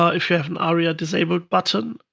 ah if you have an aria-disabled button,